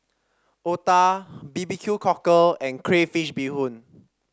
otah B B Q Cockle and Crayfish Beehoon